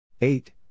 eight